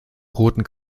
roten